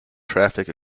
traffic